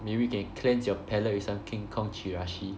maybe you can cleanse your palate with some King Kong Chirashi